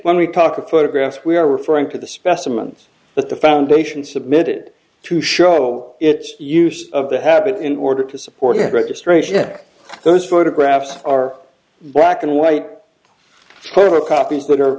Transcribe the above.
when we talk of photographs we are referring to the specimens that the foundation submitted to show its use of the habit in order to support registration those photographs are black and white for copies